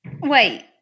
Wait